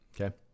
okay